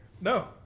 No